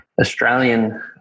Australian